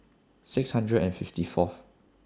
six hundred and fifty Fourth